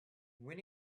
when